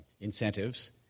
incentives